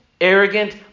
arrogant